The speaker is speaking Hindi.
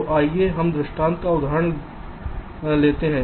तो आइए हम दृष्टांत का एक उदाहरण लेते हैं